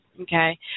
Okay